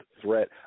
threat